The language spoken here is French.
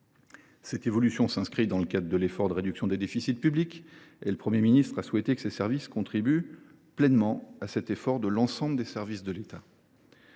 Cette évolution s’inscrit dans le cadre de la réduction des déficits publics. Le Premier ministre a souhaité que ses services contribuent pleinement à l’effort de l’ensemble des services de l’État.